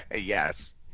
yes